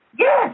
Yes